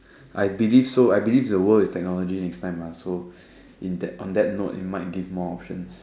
I believe so I believe the world is technology next time lah so in that on that note it might give more options